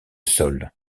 sol